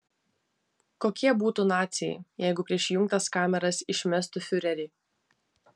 kokie būtų naciai jeigu prieš įjungtas kameras išmestų fiurerį